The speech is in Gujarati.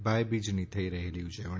ભાઈબીજની થઈ રહેલી ઉજવણી